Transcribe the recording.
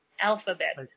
alphabet